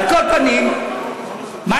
על כל פנים, מה